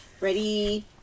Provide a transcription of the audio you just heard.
Ready